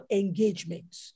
engagements